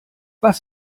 was